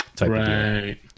Right